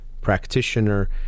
practitioner